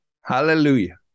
Hallelujah